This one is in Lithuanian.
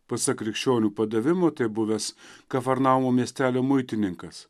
pasak krikščionių padavimų tebuvęs kafarnaumo miestelio muitininkas